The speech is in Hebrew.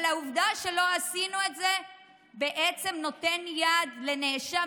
אבל העובדה שלא עשינו את זה בעצם נותנת יד לנאשם